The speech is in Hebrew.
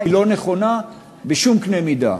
היא לא נכונה בשום קנה מידה.